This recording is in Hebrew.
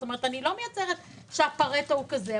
זאת אומרת אני לא מייצרת שהפארטו הוא כזה,